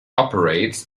operates